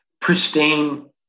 Pristine